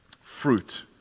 fruit